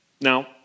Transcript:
Now